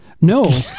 No